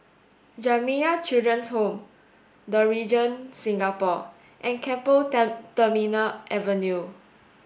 Jamiyah Children's Home The Regent Singapore and Keppel Terminal Avenue